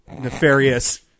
nefarious